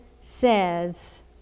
says